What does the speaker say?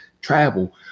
travel